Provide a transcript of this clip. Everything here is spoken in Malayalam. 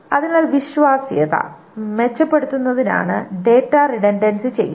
അതിനാൽ വിശ്വാസ്യത മെച്ചപ്പെടുത്തുന്നതിനാണ് ഡാറ്റ റിഡൻഡൻസി ചെയ്യുന്നത്